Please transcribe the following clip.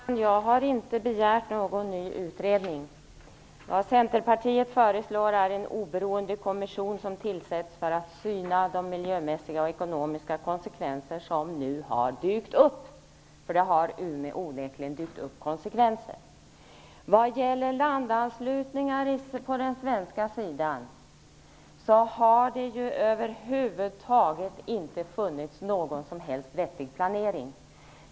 Herr talman! Jag har inte begärt någon ny utredning. Vad Centerpartiet föreslår är en oberoende kommission som tillsätts för att syna de miljömässiga och ekonomiska konsekvenser som nu onekligen har dykt upp. Vad gäller landanslutningar på den svenska sidan har det ju över huvud taget inte funnits någon som helst vettig planering.